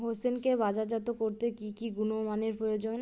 হোসেনকে বাজারজাত করতে কি কি গুণমানের প্রয়োজন?